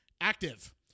active